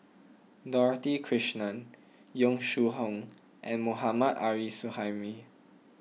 Dorothy Krishnan Yong Shu Hoong and Mohammad Arif Suhaimi